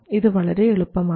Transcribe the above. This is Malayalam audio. ഇത് വളരെ എളുപ്പമാണ്